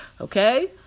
Okay